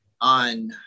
on